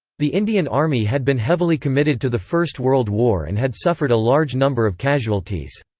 the indian army had been heavily committed to the first world war and had suffered a large number of casualties.